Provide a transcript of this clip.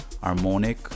harmonic